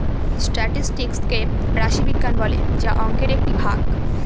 statistics কে রাশি বিজ্ঞান বলে যা অংকের একটি ভাগ